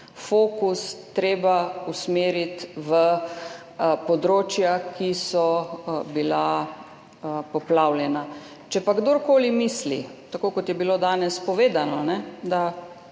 fokus treba usmeriti v področja, ki so bila poplavljena. Če pa kdorkoli misli, tako kot je bilo danes povedano, da